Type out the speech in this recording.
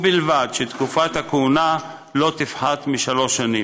ובלבד שתקופת הכהונה לא תפחת משלוש שנים.